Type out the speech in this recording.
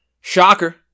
Shocker